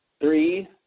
Three